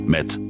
Met